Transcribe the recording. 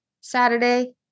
Saturday